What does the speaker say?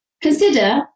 Consider